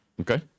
Okay